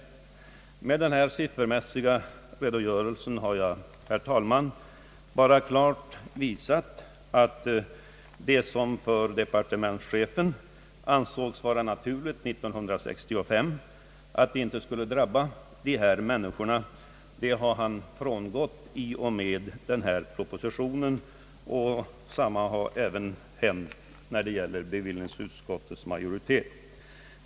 Med denna siffermässiga redogörelse har jag, herr talman, klart visat att departementschefen i den nu framlagda propositionen frångått det som han ansåg vara naturligt år 1965, nämligen att skatten inte skall drabba egnahem. Detsamma är även fallet med bevillningsutskottets majoritet.